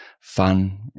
fun